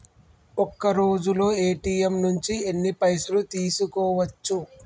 ఒక్కరోజులో ఏ.టి.ఎమ్ నుంచి ఎన్ని పైసలు తీసుకోవచ్చు?